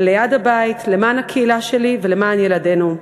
ליד הבית, למען הקהילה שלי ולמען ילדינו.